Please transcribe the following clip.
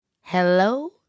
Hello